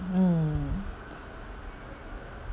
mm